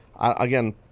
again